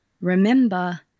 remember